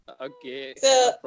Okay